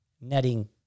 netting